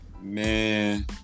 man